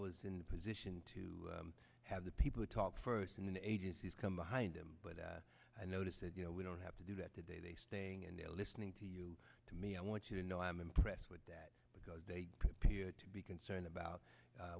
was in the position to have the people talk first in the agencies come behind them but i notice that you know we don't have to do that today they staying and they're listening to you to me i want you to know i am impressed with that because they appear to be concerned about